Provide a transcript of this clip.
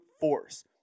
force